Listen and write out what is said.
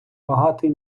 багатий